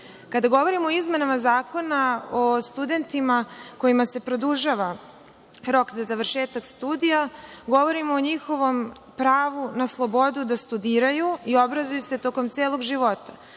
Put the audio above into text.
govorimo o izmenama zakona o studentima kojima se produžava rok za završetak studija, govorimo o njihovom pravu na slobodu da studiraju i obrazuju se tokom celog života.